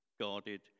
guarded